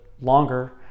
longer